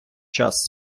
час